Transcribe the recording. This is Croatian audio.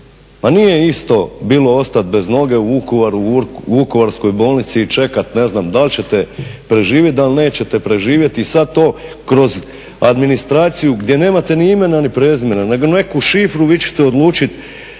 Pa nije isto bilo ostati bez noge u Vukovaru u Vukovarskoj bolnici i čekat ne znam da li ćete preživjeti da li nećete preživjeti i sada to kroz administraciju gdje nemate ni imena ni prezimena nego neko šifru, vi ćete odlučiti